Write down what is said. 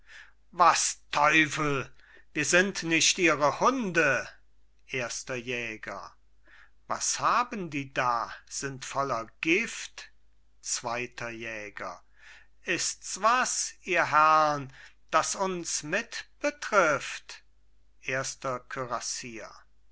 was teufel wir sind nicht ihre hunde erster jäger was haben die da sind voller gift zweiter jäger ists was ihr herrn das uns mitbetrifft erster